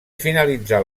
finalitzar